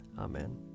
Amen